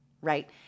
right